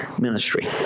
ministry